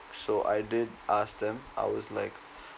so I did ask them I was like